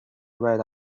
ride